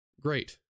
great